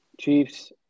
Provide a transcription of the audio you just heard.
Chiefs